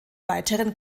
weiteren